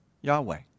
Yahweh